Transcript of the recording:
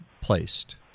placed